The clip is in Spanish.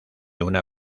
una